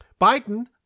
Biden